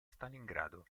stalingrado